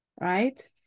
right